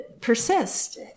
persist